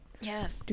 Yes